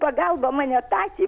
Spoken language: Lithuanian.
pagalba mane tąsė